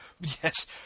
yes